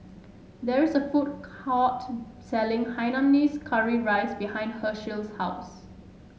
there is a food court selling Hainanese Curry Rice behind Hershell's house